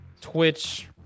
Twitch